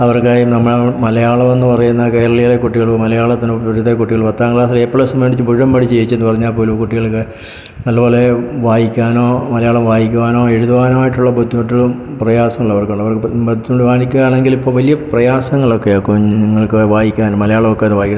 അവർക്കായി നമുക്ക് മലയാളം എന്ന് പറയുന്ന കേരളീയ കുട്ടികൾ മലയാളത്തിന് ഇവിടുത്തെ കുട്ടികൾ പത്താം ക്ളാസ്സ് എ പ്ലസ് മേടിച്ച് മുഴുവൻ പഠിച്ച് ജയിച്ചു എന്നുപറഞ്ഞാൽപോലും കുട്ടികൾക്ക് നല്ലപോലെ വായിക്കാനോ മലയാളം വായിക്കുവാനോ എഴുതുവാനോ ആയിട്ടുള്ള ബുദ്ധിമുട്ടുകളും പ്രയാസങ്ങളും അവർക്കുള്ള അവർക്ക് എടുത്തുകൊണ്ട് വായിക്കുകയാണെങ്കിൽ ഇപ്പോൾ വലിയ പ്രയാസങ്ങളൊക്കെയാ കുഞ്ഞുങ്ങൾക്ക് വായിക്കാനും മലയാളമൊക്കെ ഒന്ന് വായിക്കാ